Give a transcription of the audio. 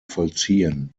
vollziehen